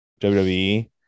WWE